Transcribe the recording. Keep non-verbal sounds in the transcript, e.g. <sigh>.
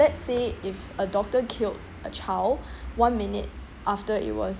let's say if a doctor killed a child <breath> one minute after it was